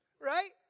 right